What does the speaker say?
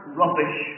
rubbish